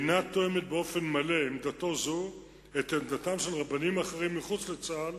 עמדתו זו אינה תואמת באופן מלא את עמדתם של רבנים אחרים מחוץ לצה"ל,